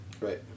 Right